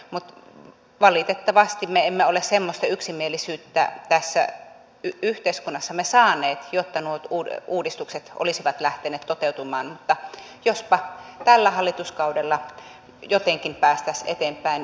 mutta valitettavasti me emme ole semmoista yksimielisyyttä tässä yhteiskunnassamme saaneet jotta nuo uudistukset olisivat lähteneet toteutumaan mutta jospa tällä hallituskaudella jotenkin päästäisiin eteenpäin